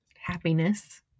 happiness